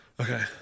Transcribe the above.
okay